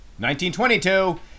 1922